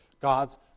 God's